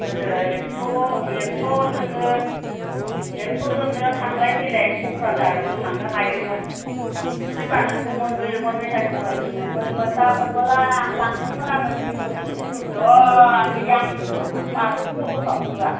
गोदो एक्स' एक्स'जोंनो थांलाय फैलाय क'क्राझार थांनो हायोमोन संख्रि बानलुबो मोनबोयोमोन मेथाइ सौरायबो मोनबोयोमोन दा मोनबोला लांदोंमोन आङो दुइस'सो तिनस'सो अ' गैया माथो खरसआवनो थोआ